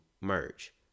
merge